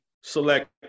select